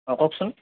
কওকচোন